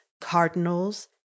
cardinals